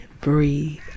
breathe